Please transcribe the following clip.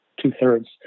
two-thirds